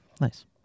Nice